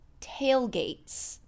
tailgates